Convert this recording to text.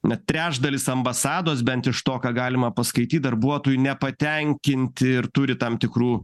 na trečdalis ambasados bent iš to ką galima paskaityt darbuotojų nepatenkinti ir turi tam tikrų